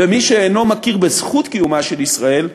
ומי שאינו מכיר בזכות קיומה של ישראל,